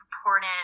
important